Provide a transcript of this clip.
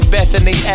Bethany